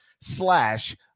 slash